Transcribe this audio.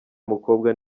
mukobwa